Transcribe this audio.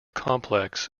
complex